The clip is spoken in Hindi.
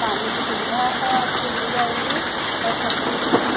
पानी की सुविधा है आपको मिल जाएगी और सब कुछ है